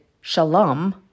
Shalom